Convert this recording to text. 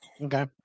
Okay